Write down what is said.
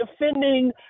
defending